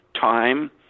time